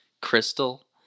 crystal